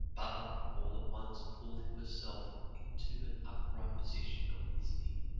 baba all at once pulled herself into an upright position on his knee,